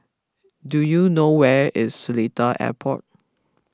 do you know where is Seletar Airport